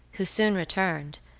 who soon returned,